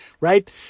right